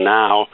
now